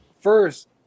First